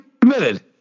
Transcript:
committed